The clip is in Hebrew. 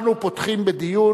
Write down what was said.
אנחנו פותחים בדיון,